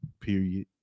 period